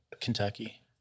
Kentucky